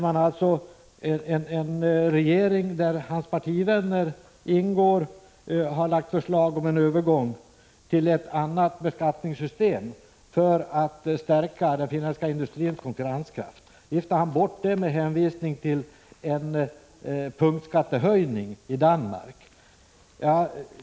En regering, i vilken Bo Forslunds partivänner ingår, har där lagt fram förslag om övergång till ett annat beskattningssystem, för att stärka den finländska industrins konkurrenskraft. Det viftar han bort med hänvisning till en punktskattehöjning i Danmark.